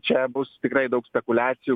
čia bus tikrai daug spekuliacijų